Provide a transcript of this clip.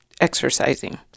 exercising